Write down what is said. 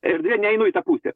erdvė neeinu į tą pusę